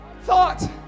thought